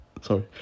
sorry